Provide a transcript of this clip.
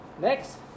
Next